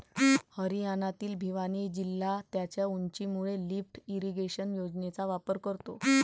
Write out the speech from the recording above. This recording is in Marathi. हरियाणातील भिवानी जिल्हा त्याच्या उंचीमुळे लिफ्ट इरिगेशन योजनेचा वापर करतो